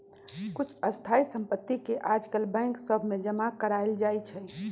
कुछ स्थाइ सम्पति के याजकाल बैंक सभ में जमा करायल जाइ छइ